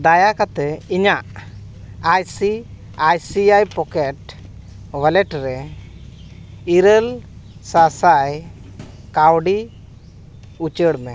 ᱫᱟᱭᱟ ᱠᱟᱛᱮᱫ ᱤᱧᱟᱹᱜ I C I C I pocket wallet ᱨᱮ ᱤᱨᱟᱹᱞ ᱥᱟᱥᱟᱭ ᱠᱟᱹᱣᱰᱤ ᱩᱪᱟᱹᱲ ᱢᱮ